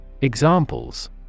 Examples